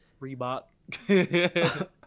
Reebok